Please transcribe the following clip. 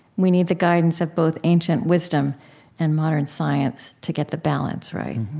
we need the guidance of both ancient wisdom and modern science to get the balance right.